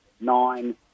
nine